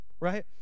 Right